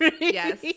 Yes